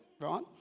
right